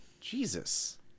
Jesus